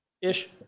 ish